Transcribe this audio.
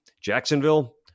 Jacksonville